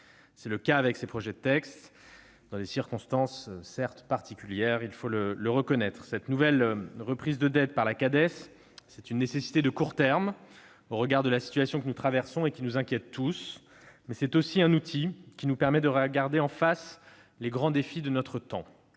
C'est ce que permettent ces deux textes, dans des circonstances certes particulières, il faut le reconnaître. Cette nouvelle reprise de dette par la Cades est une nécessité de court terme au regard de la situation que nous traversons et qui nous inquiète tous ; mais c'est aussi un outil nous permettant de regarder en face les grands défis de notre temps.